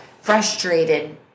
frustrated